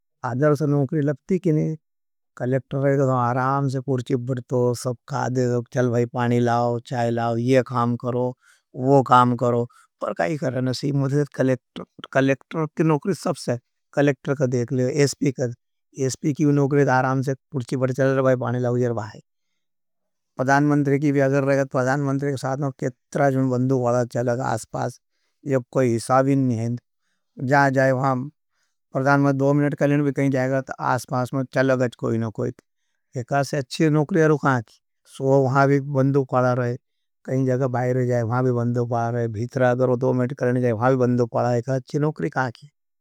अधर से नोकरी लगती की नहीं, कलेक्टर रहे थो आराम से पूर्ची बड़तो। सब खा देतो, चल भाई पानी लाओ, चाय लाओ, ये काम करो, वो काम करो, पर काई कर रहे नसी। मुझे कलेक्टर की नोकरी सब से, कलेक्टर का देख लेगा। एस्पी की नोकरी तो आराम से प लिए कर रहे नोकरी वैं की ननग्षण लिया? प्रधान मंत्री को कासे देख लो का हुआ जाई वो भी बढ़िया काम करे। ये ना करे वो ना करे इंज त सदी हूई।